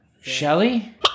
Shelly